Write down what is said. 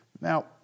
Now